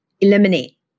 eliminate